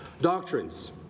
doctrines